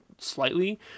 slightly